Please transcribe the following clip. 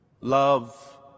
Love